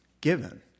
given